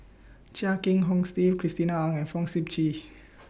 Chia Kiah Hong Steve Christina Ong and Fong Sip Chee